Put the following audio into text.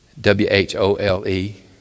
W-H-O-L-E